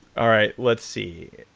all right. let's see.